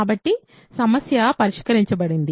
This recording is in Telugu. కాబట్టి సమస్య పరిష్కరించబడింది